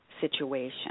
situation